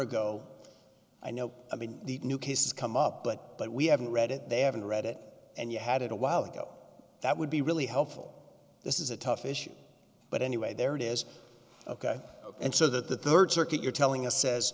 ago i know i mean the new cases come up but but we haven't read it they haven't read it and you had it a while ago that would be really helpful this is a tough issue but anyway there it is ok and so that the rd circuit you're telling us says